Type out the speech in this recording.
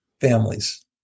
families